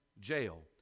jail